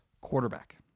quarterback